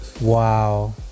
Wow